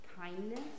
Kindness